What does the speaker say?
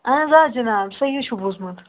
اَہَن حظ آ جِناب صحیح چھُو بوٗزمُت